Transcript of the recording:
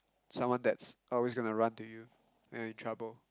someone that's always going to run to you when you in trouble